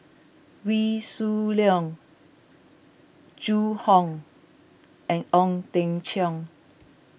Wee Shoo Leong Zhu Hong and Ong Teng Cheong